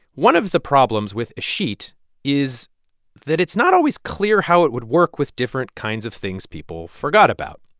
one of the problems with escheat is that it's not always clear how it would work with different kinds of things people forgot about.